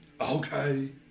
okay